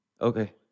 Okay